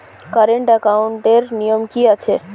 Current একাউন্টের নিয়ম কী আছে?